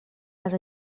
les